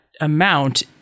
amount